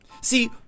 See